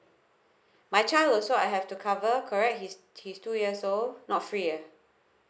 my child also I have to cover correct he's he's two years old not free ah